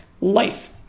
life